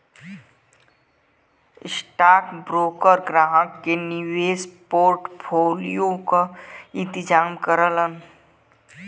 stockbroker ग्राहक के निवेश पोर्टफोलियो क इंतजाम करलन